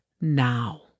now